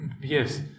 Yes